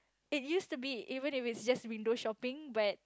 it used to be even if it's just window shopping but